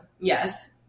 yes